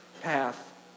path